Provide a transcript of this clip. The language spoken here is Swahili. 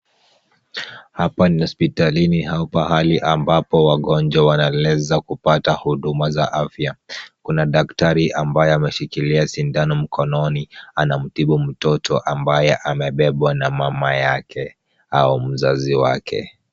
Hapa ni hospitalini au pahali ambapo wagonjwa wanaweza kupata huduma za afya. Kuna daktari ambaye ameshikilia sindano mkononi, anamtibu mtoto ambaye amebebwa na mama yake au mzazi wake.